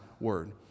word